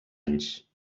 anys